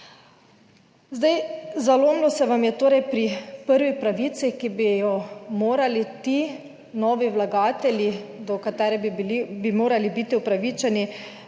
Zdaj, zalomilo se vam je torej pri prvi pravici, ki bi jo morali ti novi vlagatelji, do katere bi bili, bi morali biti upravičeni,